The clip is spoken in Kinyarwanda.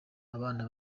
abana